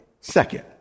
Second